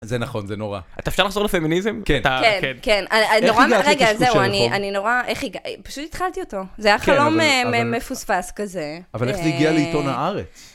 זה נכון, זה נורא. אפשר לחזור לפמיניזם? כן, כן, כן. נורא מהרגע, זהו, אני נורא, פשוט התחלתי אותו. זה היה חלום מפוספס כזה. אבל איך זה הגיע לעיתון הארץ?